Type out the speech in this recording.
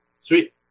Sweet